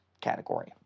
category